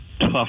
tough